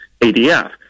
ADF